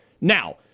Now